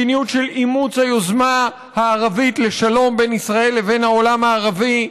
מדיניות של אימוץ היוזמה הערבית לשלום בין ישראל לבין העולם הערבי,